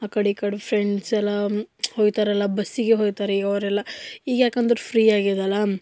ಅ ಕಡೆ ಈ ಕಡೆ ಫ್ರೆಂಡ್ಸ್ ಎಲ್ಲ ಹೋಗ್ತಾರಲ್ಲ ಬಸ್ಸಿಗೆ ಹೋಗ್ತಾರೆ ಈಗ ಅವ್ರೆಲ್ಲ ಈಗ ಯಾಕೆಂದ್ರೆ ಫ್ರೀ ಆಗಿದೆಯಲ್ಲ